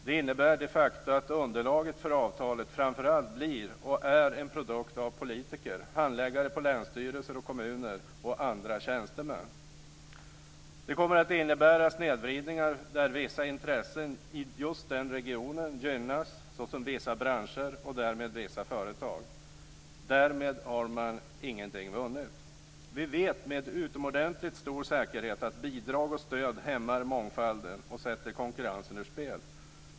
Det innebär de facto att underlaget för avtalet framför allt blir och är en produkt av politiker, handläggare på länsstyrelser och kommuner och andra tjänstemän. Det kommer att innebära snedvridningar där vissa intressen i just den regionen gynnas, såsom vissa branscher och därmed vissa företag. Därmed har man ingenting vunnit. Vi vet med utomordentligt stor säkerhet att bidrag och stöd hämmar mångfalden och sätter konkurrensen ur spel.